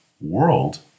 world